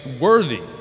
worthy